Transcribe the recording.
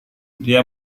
dia